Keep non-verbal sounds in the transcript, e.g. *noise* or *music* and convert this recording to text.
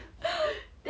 *laughs*